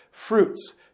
fruits